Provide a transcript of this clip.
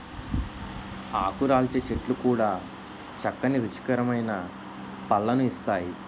ఆకురాల్చే చెట్లు కూడా చక్కని రుచికరమైన పళ్ళను ఇస్తాయి